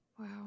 Wow